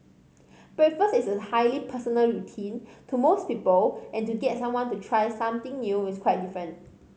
breakfast is a highly personal routine to most people and to get someone to try something new is quite difficult